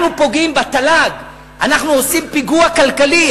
אנחנו פוגעים בתל"ג, אנחנו עושים פיגוע כלכלי.